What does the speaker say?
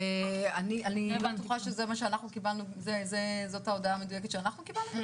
זו ההודעה המדויקת שאנחנו קיבלנו?